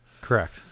correct